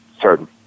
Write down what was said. certain